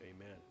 Amen